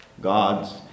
God's